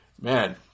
man